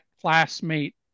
classmate